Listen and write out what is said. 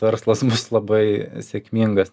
verslas bus labai sėkmingas